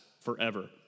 forever